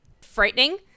frightening